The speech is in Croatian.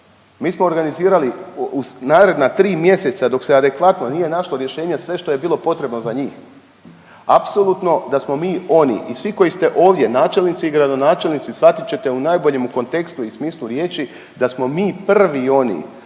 Mi smo organizirali u naredna tri mjeseca dok se adekvatno nije našlo rješenje sve što je bilo potrebno za njih. Apsolutno da smo mi oni i svi koji ste ovdje načelnici i gradonačelnici shvatit ćete u najboljemu kontekstu i smislu riječi, da smo mi prvi oni